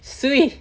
swee